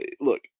look